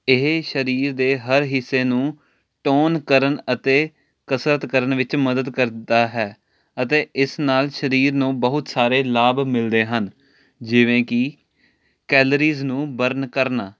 ਇਹ ਸਰੀਰ ਦੇ ਹਰ ਹਿੱਸੇ ਨੂੰ ਟੋਨ ਕਰਨ ਅਤੇ ਕਸਰਤ ਕਰਨ ਵਿੱਚ ਮਦਦ ਕਰਦਾ ਹੈ ਅਤੇ ਇਸ ਨਾਲ ਸਰੀਰ ਨੂੰ ਬਹੁਤ ਸਾਰੇ ਲਾਭ ਮਿਲਦੇ ਹਨ ਜਿਵੇਂ ਕਿ ਕੈਲਰੀਜ ਨੂੰ ਬਰਨ ਕਰਨਾ